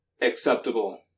acceptable